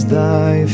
thy